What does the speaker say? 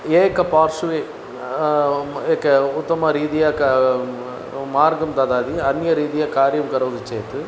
एकपार्श्वे एकम् उत्तमरीत्या का म मार्गं ददाति अन्यरीत्या कार्यं करोति चेत्